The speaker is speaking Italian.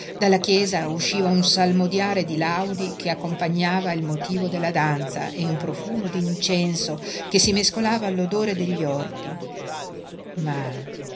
dalla chiesa usciva un salmodiare di laudi che accompagnava il motivo della danza e un profumo d'incenso che si mescolava all'odore degli orti ma